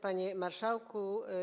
Panie Marszałku!